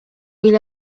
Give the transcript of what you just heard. ile